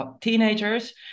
teenagers